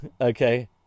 Okay